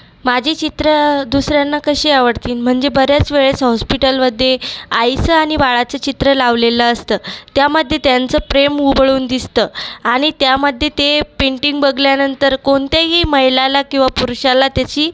माझी चित्रं दुसऱ्यांना कशी आवडतीन म्हणजे बऱ्याच वेळेस हॉस्पिटलमध्ये आईचं आणि बाळाचं चित्र लावलेलं असतं त्यामध्ये त्यांचं प्रेम उबळून दिसतं आणि त्यामध्ये ते पेंटिंग बघल्यानंतर कोणत्याही महिलाला किंवा पुरुषाला त्याची